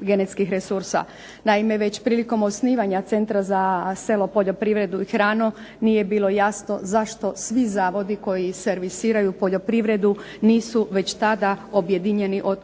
genetskih resursa. Naime, već prilikom osnivanja Centra za selo, poljoprivredu i hranu nije bilo jasno zašto svi zavodi koji servisiraju poljoprivredu nisu već tada objedinjeni u